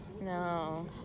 No